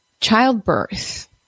childbirth